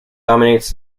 dominates